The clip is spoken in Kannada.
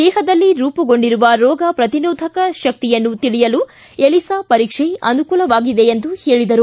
ದೇಹದಲ್ಲಿ ರೂಪುಗೊಂಡಿರುವ ರೋಗ ಶ್ರತಿರೋಧಕ ಶಕ್ತಿಯನ್ನು ತಿಳಿಯಲು ಎಲಿಸಾ ಪರೀಕ್ಷೆ ಅನುಕೂಲವಾಗಿದೆ ಎಂದು ಹೇಳಿದರು